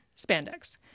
spandex